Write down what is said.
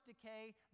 decay